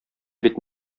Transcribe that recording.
бит